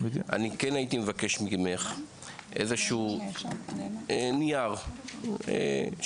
אני כן הייתי מבקש ממך איזשהו נייר שבו